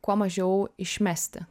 kuo mažiau išmesti